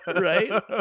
Right